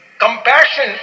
compassion